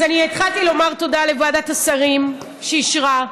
אז אני התחלתי לומר תודה לוועדת השרים שאישרה.